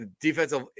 defensive